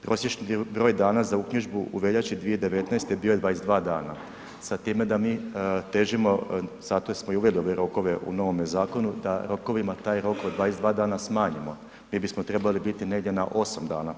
Prosječni broj dana za uknjižbu u veljači 2019. bio je 22 dana sa time da mi težimo, zato smo i uveli ove rokove u novome zakonu da rokovima, taj rok od 22 dana smanjimo, mi bismo trebali biti negdje na 8 dana.